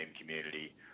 community